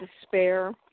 despair